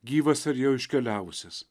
gyvas ar jau iškeliavusias